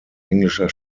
englischer